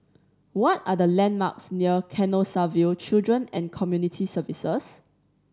what are the landmarks near Canossaville Children and Community Services